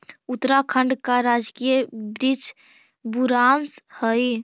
उत्तराखंड का राजकीय वृक्ष बुरांश हई